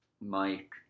Mike